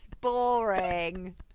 boring